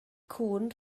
cŵn